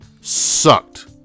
Sucked